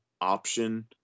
option